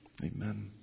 Amen